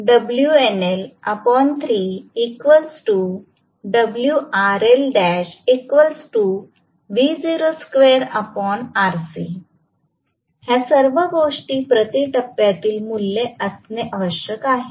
आता माझ्याकडे आहे या सर्व गोष्टी प्रति टप्प्यातील मूल्ये असणे आवश्यक आहे